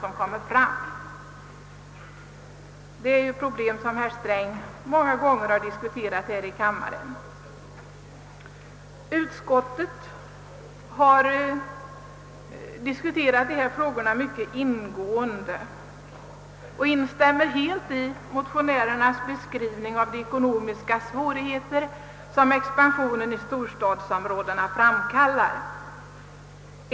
Detta är ju problem som herr Sträng många gånger har diskuterat här i kammaren. Utskottet har diskuterat dessa frågor mycket ingående och instämmer helt i motionärernas beskrivning av de ekonomiska svårigheter som expansionen i storstadsområdena framkallar.